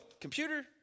computer